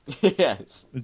Yes